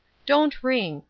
don't ring,